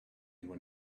when